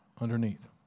underneath